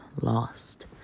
Lost